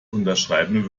unterschreiben